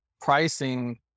pricing